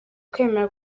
kwemera